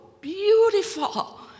beautiful